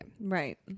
Right